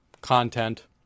content